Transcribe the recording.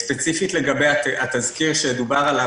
ספציפית לגבי התזכיר שדובר עליו,